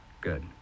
Good